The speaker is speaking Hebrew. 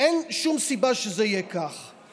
אין שום סיבה שזה יהיה כך,